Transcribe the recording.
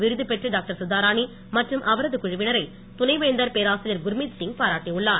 விருது பெற்ற டாக்டர் சுதா ராணி மற்றும் அவரது குழுவினரை துணைவேந்தர் பேராசிரியர் குர்மீத் சிங் பாராட்டியுள்ளார்